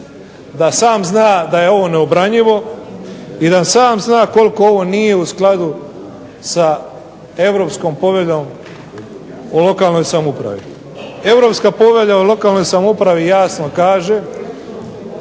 da sam zna da je ovo neobranjivo i da sam zna da koliko ovo nije u skladu sa Europskom poveljom o lokalnoj samoupravi. Europska povelja o lokalnoj samoupravi jasno kaže